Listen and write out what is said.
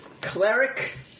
cleric